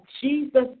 Jesus